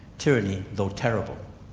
tyranny though terrible,